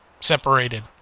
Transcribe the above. separated